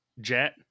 Jet